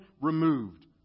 removed